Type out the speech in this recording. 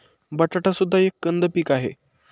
बटाटा सुद्धा एक कंद पीक आहे